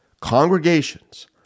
congregations